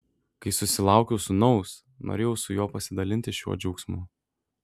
kai susilaukiau sūnaus norėjau su juo pasidalinti šiuo džiaugsmu